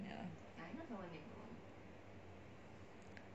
ya